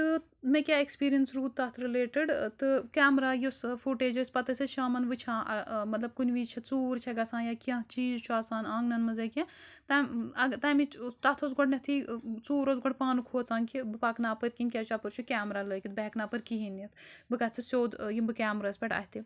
تہٕ مےٚ کیاہ ایکٕسپیٖرینٕس روٗد تَتھ رِلیٹِڈ تہٕ کٮ۪مرا یُس فُٹیج ٲسۍ پَتہٕ ٲسۍ أسۍ شامَن وٕچھان مطلب کُنہِ وِز چھےٚ ژوٗر چھےٚ گژھان یا کینٛہہ چیٖز چھُ آسان آنٛگنَن منٛز یا کینٛہہ تٔمۍ تَمِچ تَتھ اوس گۄڈنٮ۪تھٕے ژوٗر اوس گۄڈٕ پانہٕ کھوژان کہِ بہٕ پَکہٕ نہ اَپٲرۍ کِنۍ کیٛازِ اَپٲرۍ چھُ کٮ۪مرا لٲگِتھ بہٕ ہٮ۪کہٕ نہ اپٲرۍ کِہیٖنۍ نِتھ بہٕ گژھٕ سیوٚد یِم بہٕ کٮ۪مراَس پٮ۪ٹھ اَتھِ